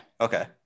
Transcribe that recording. Okay